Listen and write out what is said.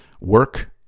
work